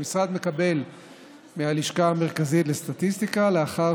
שהמשרד מקבל מהלשכה המרכזית לסטטיסטיקה לאחר